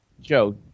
Joe